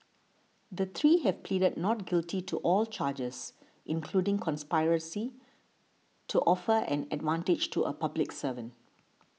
the three have pleaded not guilty to all charges including conspiracy to offer an advantage to a public servant